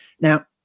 Now